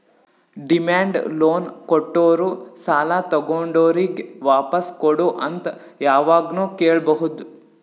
demand loan ಕೊಟ್ಟೋರು ಸಾಲ ತಗೊಂಡೋರಿಗ್ ವಾಪಾಸ್ ಕೊಡು ಅಂತ್ ಯಾವಾಗ್ನು ಕೇಳ್ಬಹುದ್